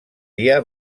dia